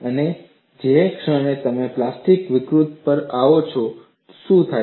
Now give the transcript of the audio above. અને જે ક્ષણે તમે પ્લાસ્ટિક વિકૃતિ પર આવો છો શું થાય છે